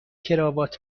کراوات